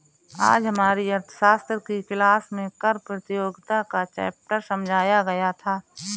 आज हमारी अर्थशास्त्र की क्लास में कर प्रतियोगिता का चैप्टर समझाया गया था